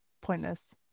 pointless